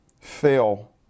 fail